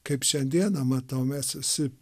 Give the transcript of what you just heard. kaip šiandieną matau mes visi